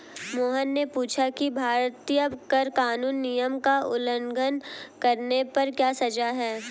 मोहन ने पूछा कि भारतीय कर कानून नियम का उल्लंघन करने पर क्या सजा है?